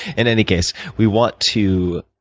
in any case, we want to,